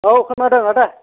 औ खोनादों आदा